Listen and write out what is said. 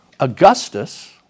Augustus